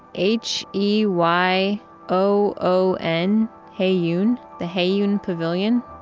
h e y o o n. heyoon. the heyoon pavillion.